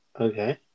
Okay